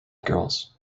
girls